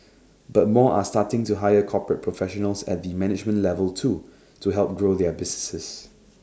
but more are starting to hire corporate professionals at the management level too to help grow their businesses